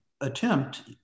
attempt